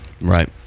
Right